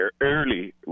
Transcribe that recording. early